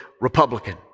Republican